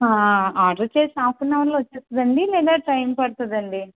order చేసిన half an అవర్లో వచేస్తుందాండి లేదా టైం పడుతుందాండి